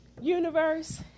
Universe